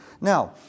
Now